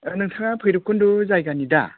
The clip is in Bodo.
नोंथाङा बैरबखुन्द जायगानि दा